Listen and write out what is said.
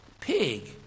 pig